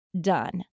done